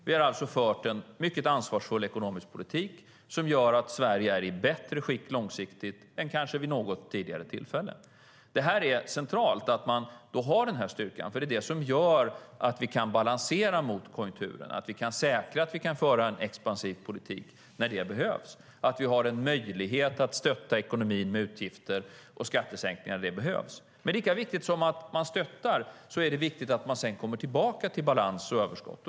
Vi har alltså fört en mycket ansvarsfull ekonomisk politik som gör att Sverige är i bättre skick långsiktigt än kanske vid något tidigare tillfälle. Det är centralt att ha styrkan. Det är den som gör att vi kan balansera mot konjunkturerna, att vi kan säkra att vi kan föra en expansiv politik när det behövs och att vi har möjlighet att stötta ekonomin med utgifter och skattesänkningar när det behövs. Lika viktigt som det är att stötta är det att sedan komma tillbaka till balans och överskott.